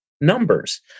numbers